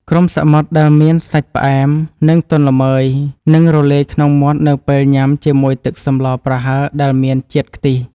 គ្រំសមុទ្រដែលមានសាច់ផ្អែមនិងទន់ល្មើយនឹងរលាយក្នុងមាត់នៅពេលញ៉ាំជាមួយទឹកសម្លប្រហើរដែលមានជាតិខ្ទិះ។